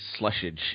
slushage